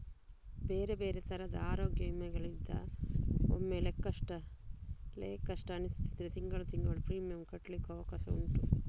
ಬೇರೆ ಬೇರೆ ತರದ ಅರೋಗ್ಯ ವಿಮೆಗಳಿದ್ದು ಒಮ್ಮೆಲೇ ಕಷ್ಟ ಅನಿಸಿದ್ರೆ ತಿಂಗಳು ತಿಂಗಳು ಪ್ರೀಮಿಯಂ ಕಟ್ಲಿಕ್ಕು ಅವಕಾಶ ಉಂಟು